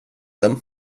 dem